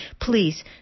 Please